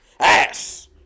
Ass